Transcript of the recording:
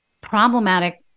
problematic